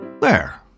There